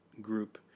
group